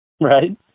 Right